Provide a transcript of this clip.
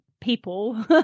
people